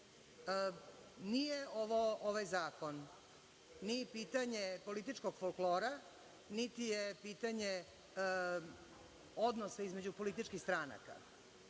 ovaj zakon ni pitanje političkog folklora, niti je pitanje odnosa između političkih stranaka,